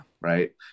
Right